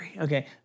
Okay